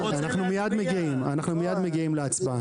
אנחנו מייד מגיעים להצבעה.